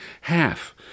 half